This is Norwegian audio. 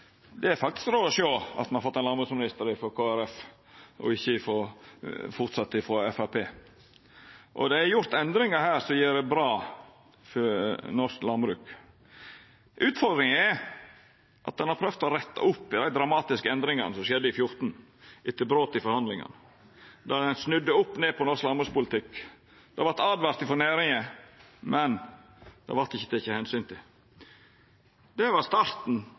det er faktisk råd å sjå at me har fått ein landbruksminister frå Kristeleg Folkeparti og ikkje, som før, frå Framstegspartiet. Det er gjort endringar her som gjer godt for norsk landbruk. Utfordringa er at ein har prøvd å retta opp i dei dramatiske endringane som skjedde i 2014, etter brot i forhandlingane, der ein snudde opp ned på norsk landbrukspolitikk. Det vart åtvara frå næringa, men det vart ikkje teke omsyn til. Det var starten